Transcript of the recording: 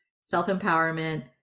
self-empowerment